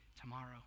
tomorrow